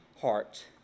heart